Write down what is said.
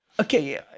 okay